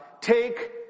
take